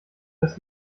dass